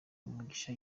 umugisha